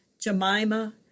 Jemima